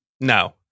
No